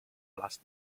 last